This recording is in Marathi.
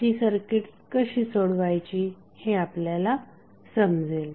अशी सर्किट्स कशी सोडवायची हे आपल्याला समजेल